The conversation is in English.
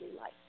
life